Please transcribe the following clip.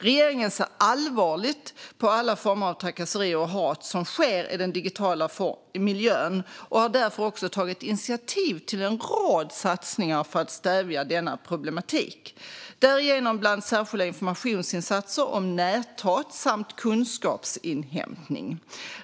Regeringen ser allvarligt på alla former av trakasserier och hat i den digitala miljön och har därför också tagit initiativ till en rad satsningar för att stävja denna problematik, bland annat genom särskilda informationsinsatser om näthat samt kunskapsinhämtning.